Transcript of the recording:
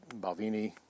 Balvini